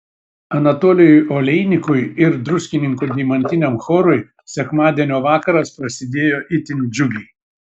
anatolijui oleinikui ir druskininkų deimantiniam chorui sekmadienio vakaras prasidėjo itin džiugiai